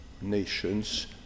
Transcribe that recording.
nations